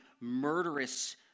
murderous